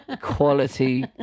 quality